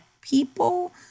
people